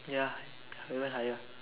ya even higher